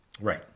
Right